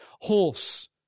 horse